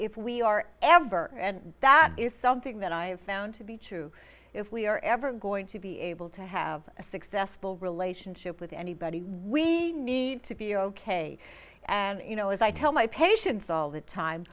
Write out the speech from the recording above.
if we are ever and that is something that i have found to be true if we are ever going to be able to have a successful relationship with anybody we need to be ok and you know as i tell my patients all the time